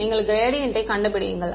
நீங்கள் க்ராடியன்ட் யை கண்டுபிடியுங்கள்